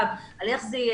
על איך זה יהיה,